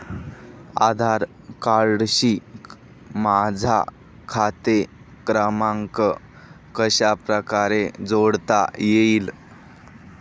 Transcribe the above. आधार कार्डशी माझा खाते क्रमांक कशाप्रकारे जोडता येईल?